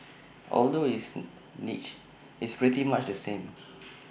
although it's niche it's pretty much the same